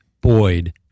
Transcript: Boyd